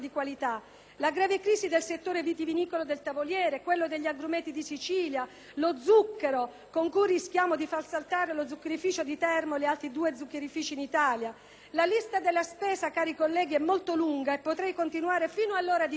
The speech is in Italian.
la grave crisi del settore vitivinicolo del Tavoliere, quella degli agrumeti di Sicilia, quella dello zucchero, per cui rischiamo di far saltare lo zuccherificio di Termoli e altri due zuccherifici in Italia. La lista della spesa, cari colleghi, è molto lunga e potrei continuare fino all'ora di cena;